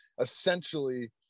essentially